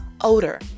odor